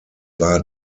war